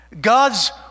God's